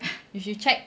you should check